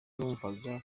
numvaga